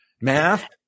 math